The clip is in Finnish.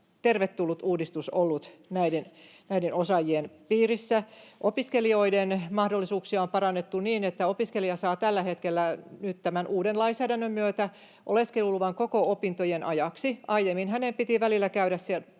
tervetullut uudistus näiden osaajien piirissä. Opiskelijoiden mahdollisuuksia on parannettu niin, että opiskelija saa nyt tällä hetkellä tämän uuden lainsäädännön myötä oleskeluluvan koko opintojen ajaksi. Aiemmin hänen piti välillä